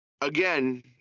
again